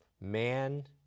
man